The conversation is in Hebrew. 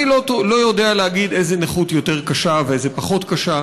אני לא יודע להגיד איזה נכות יותר קשה ואיזה פחות קשה,